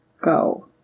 go